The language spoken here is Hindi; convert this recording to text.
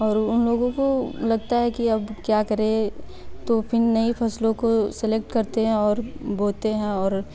और उन लोगों को लगता है कि अब क्या करें तो फिर नहीं फ़सलों को सिलेक्ट करते हैं और बोते हैं और